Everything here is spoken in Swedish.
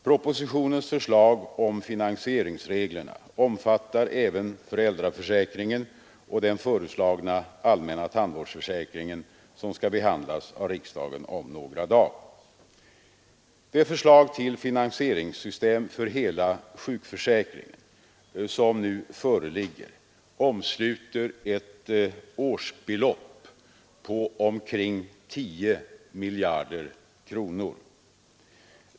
Propositionens förslag om finansieringsreglerna omfattar även föräldraförsäkringen och den föreslagna allmänna tandvårdsförsäkringen som skall behandlas av riksdagen om några dagar. Det förslag till finansieringssystem för hela sjukförsäkringen som nu föreligger omsluter ett årsbelopp på omkring 10 miljarder kronor.